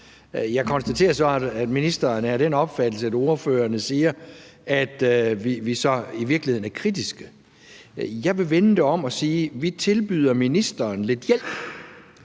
Jeg konstaterer så, at ministeren er af den opfattelse, at vi ordførere siger, at vi så i virkeligheden er kritiske. Jeg vil vende det om og sige, at vi tilbyder ministeren lidt hjælp.